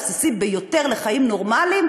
הבסיסי ביותר לחיים נורמליים,